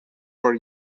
for